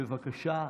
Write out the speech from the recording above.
בבקשה.